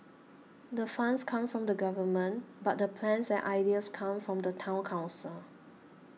the funds come from the Government but the plans and ideas come from the Town Council